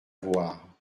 voir